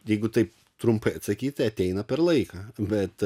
jeigu taip trumpai atsakyt tai ateina per laiką bet